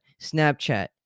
Snapchat